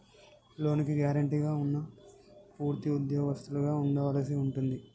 లోనుకి గ్యారెంటీగా ఉన్నా పూర్తి ఉద్యోగస్తులుగా ఉండవలసి ఉంటుంది